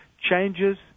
changes